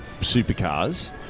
supercars